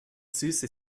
süße